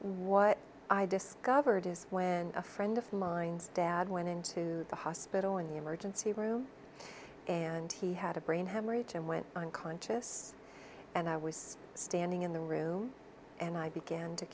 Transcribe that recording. what i discovered is when a friend of mine's dad went into the hospital in the emergency room and he had a brain hemorrhage and went unconscious and i was standing in the room and i began to